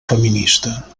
feminista